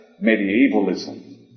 medievalism